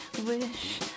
wish